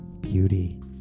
beauty